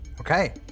Okay